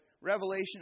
Revelation